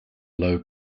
low